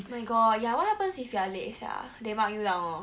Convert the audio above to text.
my god ya what happens if you are late sia they mark you down orh